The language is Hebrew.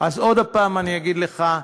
אז עוד הפעם אני אגיד לך,